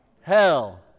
Hell